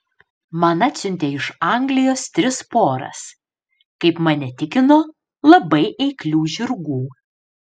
man atsiuntė iš anglijos tris poras kaip mane tikino labai eiklių žirgų